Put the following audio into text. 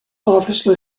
obviously